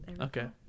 Okay